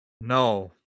No